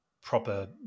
proper